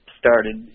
started